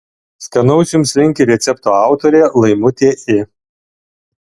skanaus jums linki recepto autorė laimutė i